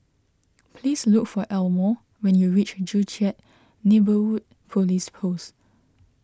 please look for Elmore when you reach Joo Chiat Neighbourhood Police Post